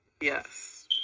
yes